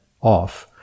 off